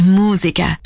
musica